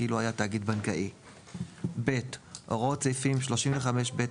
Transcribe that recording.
כאילו היה תאגיד בנקאי; (ב) הוראות סעיפים 35ב(א),